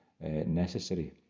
necessary